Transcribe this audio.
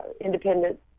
Independent